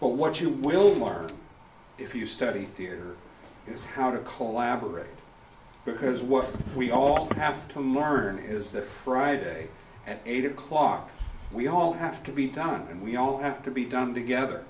but what you will mark if you study here is how to collaborate because what we all have to learn is that friday at eight o'clock we all have to be done and we all have to be done together